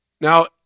Now